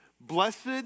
Blessed